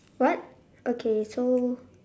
what okay so